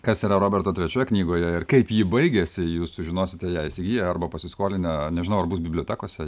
kas yra roberto trečioje knygoje ir kaip ji baigėsi jūs sužinosite ją įsigiję arba pasiskolinę nežinau ar bus bibliotekose